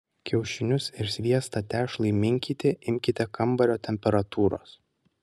kiaušinius ir sviestą tešlai minkyti imkite kambario temperatūros